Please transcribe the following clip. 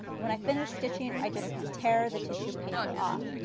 when i finish stitching, i just tear the tissue paper off.